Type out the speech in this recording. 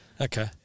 okay